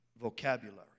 vocabulary